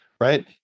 right